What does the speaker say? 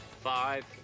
Five